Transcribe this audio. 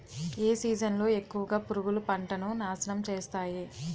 ఏ season లో ఎక్కువుగా పురుగులు పంటను నాశనం చేస్తాయి?